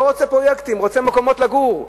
לא רוצה פרויקטים, רוצה מקומות לגור.